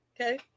Okay